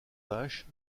vaches